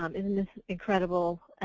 um isn't this incredible.